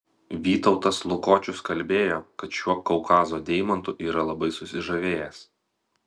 vytautas lukočius kalbėjo kad šiuo kaukazo deimantu yra labai susižavėjęs